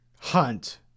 hunt